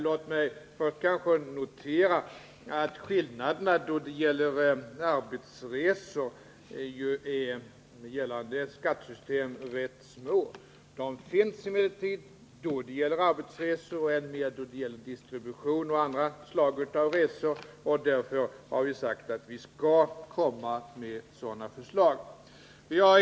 Låt mig först notera att skillnaderna då det gäller arbetsresor enligt gällande skattesystem är rätt små. De finns emellertid då det gäller arbetsresor och än mer i fråga om andra slag av resor och då det gäller distribution. Därför har vi inom regeringen sagt att vi skall komma med förslag till utjämning.